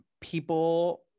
people